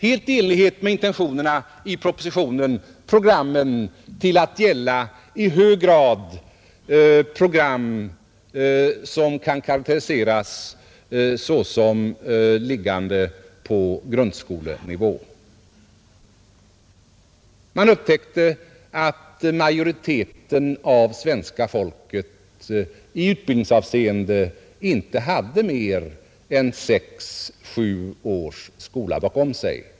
Helt i enlighet med intentionerna i propositionen kom man att bredda verksamheten till att gälla i högre grad program som kan karakteriseras såsom liggande på grundskolenivå. Man upptäckte att majoriteten av svenska folket i utbildningsavseende inte hade mer än sex sju års skola bakom sig.